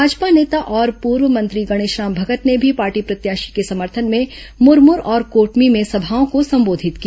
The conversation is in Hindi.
भाजपा नेता और पूर्व मंत्री गणेश राम भगत ने भी पार्टी प्रत्याशी के समर्थन में मुरमुर और कोटमी में समाओं को संबोधित किया